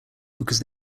because